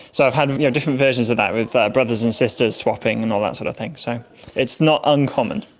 so i've had different versions of that, with ah brothers and sisters swapping and all that sort of thing. so it's not uncommon.